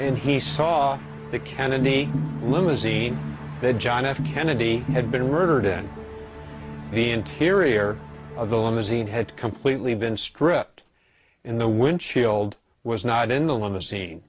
and he saw the kennedy limousine that john f kennedy had been murdered in the interior of the limousine had completely been stripped in the windshield was not in the limousine